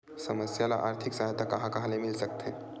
समस्या ल आर्थिक सहायता कहां कहा ले मिल सकथे?